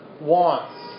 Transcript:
wants